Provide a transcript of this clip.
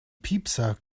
piepser